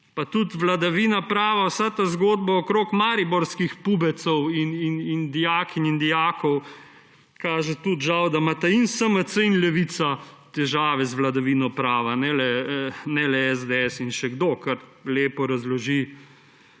Pa tudi vladavina prava, vsa ta zgodba okrog mariborskih pubecev in dijakinj in dijakov žal kaže, da imata in SMC in Levica težave z vladavino prava, ne le SDS in še kdo, kar lepo razloži